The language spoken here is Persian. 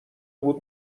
بود